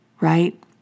right